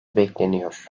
bekleniyor